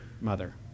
mother